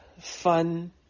fun